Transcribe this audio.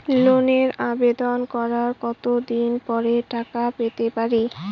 লোনের আবেদন করার কত দিন পরে টাকা পেতে পারি?